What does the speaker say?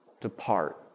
depart